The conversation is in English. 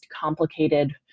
complicated